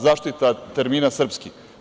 Zaštita termina „srpski“